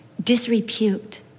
disrepute